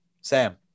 Sam